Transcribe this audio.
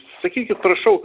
sakykit prašau